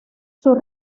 sus